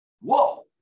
Whoa